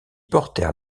portèrent